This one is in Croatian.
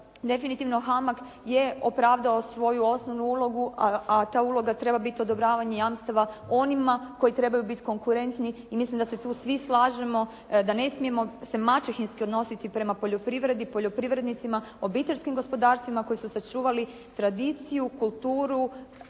definitivno HAMAG je opravdao svoju osnovnu ulogu a ta uloga treba biti odobravanje jamstava onima koji trebaju biti konkurentni i mislim da se tu svi slažemo da ne smijemo se maćehinski odnositi prema poljoprivredi, poljoprivrednicima, obiteljskim gospodarstvima koji su sačuvali tradiciju, kulturu,